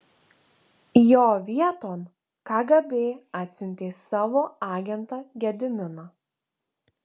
jo vieton kgb atsiuntė savo agentą gediminą